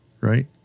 right